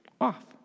off